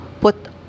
put